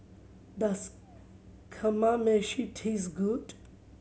does Kamameshi taste good